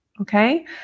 okay